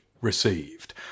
received